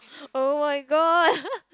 oh-my-god